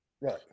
Right